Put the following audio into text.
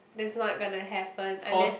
that's not gonna happen unless